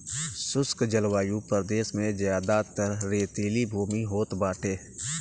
शुष्क जलवायु प्रदेश में जयादातर रेतीली भूमि होत बाटे